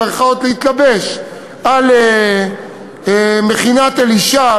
להתלבש על מכינת "אלישע",